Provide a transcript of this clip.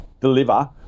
deliver